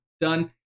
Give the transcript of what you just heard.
done